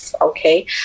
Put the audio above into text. okay